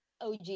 OG